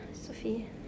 Sophie